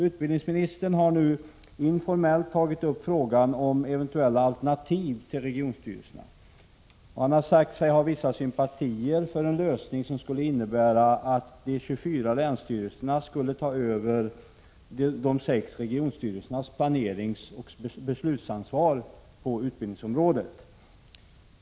Utbildningsministern har nu informellt tagit upp frågan om eventuella alternativ till regionstyrelserna, och han har sagt sig ha vissa sympatier för en lösning som skulle innebära att de 24 länsstyrelserna skulle ta över de sex regionstyrelsernas planeringsoch beslutsansvar på utbildningsområdet.